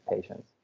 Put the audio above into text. patients